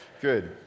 Good